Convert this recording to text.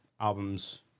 albums